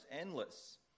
endless